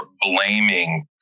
blaming